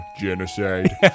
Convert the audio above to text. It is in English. genocide